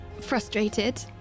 Frustrated